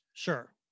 Sure